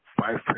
five